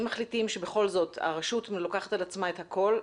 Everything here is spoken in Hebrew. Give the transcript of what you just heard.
אם מחליטים שבכל זאת הרשות לוקחת על עצמה את הכול,